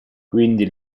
quindi